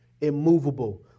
immovable